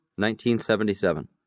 1977